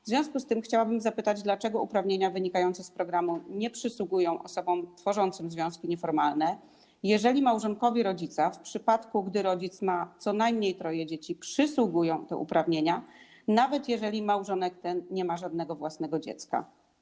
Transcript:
W związku z tym chciałabym zapytać: Dlaczego uprawnienia wynikające z programu nie przysługują osobom tworzącym związki nieformalne, jeżeli małżonkowi rodzica, w przypadku gdy rodzic ma co najmniej troje dzieci, przysługują te uprawnienia, nawet jeżeli małżonek ten nie ma żadnego własnego dziecka?